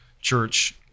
church